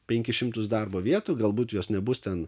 penkis šimtus darbo vietų galbūt jos nebus ten